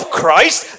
christ